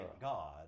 God